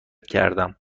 کردم